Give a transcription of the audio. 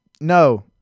no